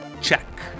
Check